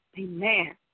Amen